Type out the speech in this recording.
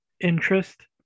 interest